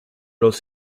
los